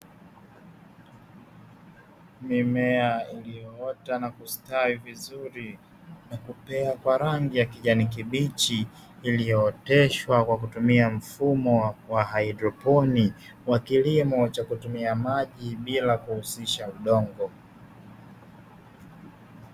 Mimea iliyoota na kustawi vizuri na kupea kwa rangi ya kijani kibichi, iliyooteshwa kwa kutumia mfumo wa haidroponi wa kilimo cha kutumia maji bila kuhusisha udongo.